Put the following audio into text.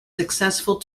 successful